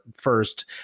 first